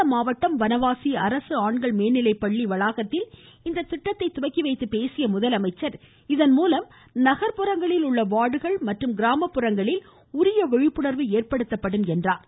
சேலம் மாவட்டம் வனவாசி அரசு ஆண்கள் மேல்நிலைப்பள்ளி வளாகத்தில் இந்த திட்டத்தைத் துவக்கிவைத்துப் பேசிய முதலமைச்சர் இந்த திட்டத்தின்மூலம் நகர் புறங்களில் உள்ள வார்டுகள் மற்றும் கிராமப்புறங்களில் உரிய விழிப்புணர்வு ஏற்படுத்தப்படும் என்றார்